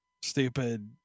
Stupid